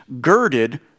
girded